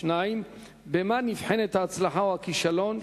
2. במה נבחנים ההצלחה או הכישלון?